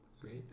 Great